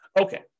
Okay